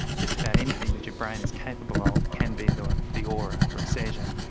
just about anything that your brain is capable of can be the the aura for a seizure.